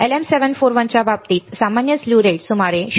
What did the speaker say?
741 LM741 च्या बाबतीत सामान्यत स्लीव्ह रेट सुमारे 0